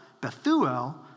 Bethuel